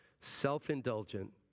self-indulgent